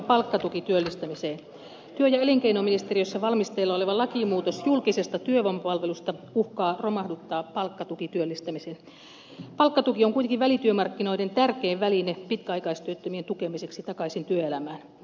työ ja elinkeinoministeriössä valmisteilla oleva lakimuutos julkisesta työvoimapalvelusta uhkaa romahduttaa palkkatukityöllistämisen palkkatuki on kuitenkin välityömarkkinoiden tärkein väline pitkäaikaistyöttömien tukemiseksi takaisin työelämään